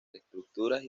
estructuras